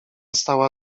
stała